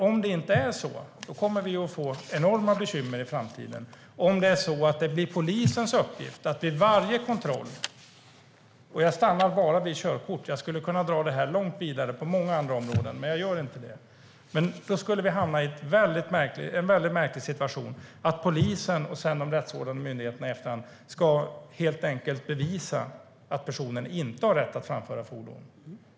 Om det inte är så kommer vi att få enorma bekymmer i framtiden, med vad som är polisens uppgift vid kontroller. Jag stannar vid körkort men skulle kunna dra frågan vidare på många andra områden. Vi skulle hamna i en märklig situation. Polisen och i efterhand de rättsvårdande myndigheterna skulle då bevisa att personen inte har rätt att framföra fordon.